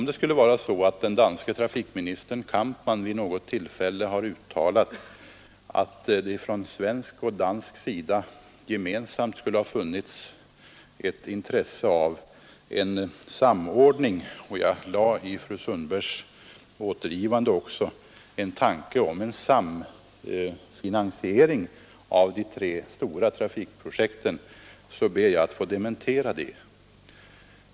Herr talman! Om den danske trafikministern Kampmann vid något tillfälle har uttalat att det från svensk och dansk sida gemensamt skulle ha funnits intresse av en samordning — och jag lade i fru Sundbergs återgivande också en tanke om en samfinansiering — av de tre stora trafikprojekten, så ber jag att få dementera den uppgiften.